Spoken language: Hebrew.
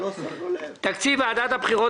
תקנות תקציב ועדת הבחירות